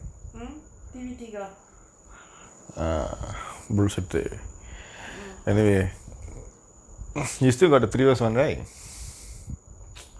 mm T_V tiga mm